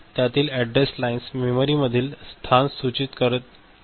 त्यातील address lines memory मधील स्थान सूचित करतात